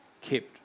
kept